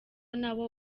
nawo